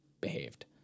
behaved